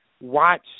watch